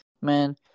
Man